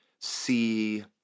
see